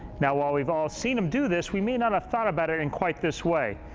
now, while we've all seen them do this, we may not have thought about it in quite this way.